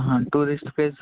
tourist place